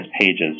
pages